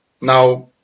Now